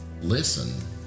listen